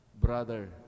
brother